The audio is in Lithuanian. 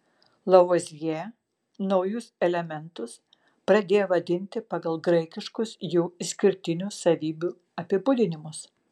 lavuazjė naujus elementus pradėjo vadinti pagal graikiškus jų išskirtinių savybių apibūdinimus